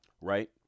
right